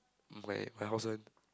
my my house one